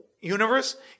universe